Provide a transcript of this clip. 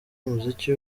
umuziki